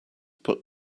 put